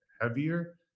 heavier